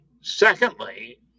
Secondly